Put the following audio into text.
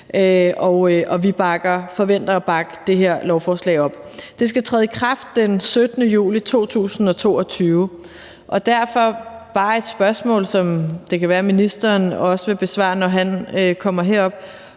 og vi forventer at bakke det her lovforslag op. Det skal træde i kraft den 17. juli 2022, og derfor har jeg bare et spørgsmål, som det kan være ministeren vil besvare, når han kommer herop: